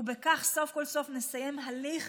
ובכך סוף כל סוף נסיים הליך